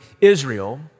Israel